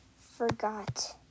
forgot